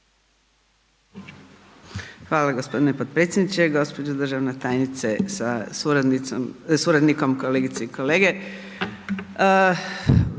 Hvala g. potpredsjedniče, gđo. državna tajnice sa suradnikom, kolegice i kolege.